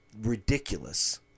ridiculous